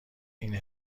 این